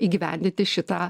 įgyvendinti šitą